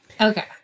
okay